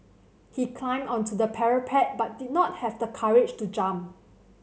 he climbed onto the parapet but did not have the courage to jump